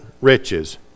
riches